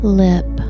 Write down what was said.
lip